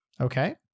Okay